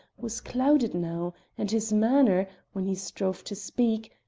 was clouded now, and his manner, when he strove to speak,